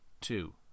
two